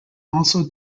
also